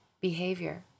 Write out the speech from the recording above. behavior